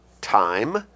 time